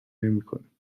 نمیکنیم